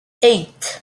eight